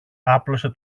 άπλωσε